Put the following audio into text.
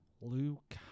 Luke